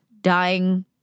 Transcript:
dying